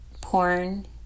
porn